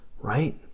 right